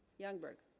youngberg